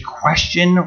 question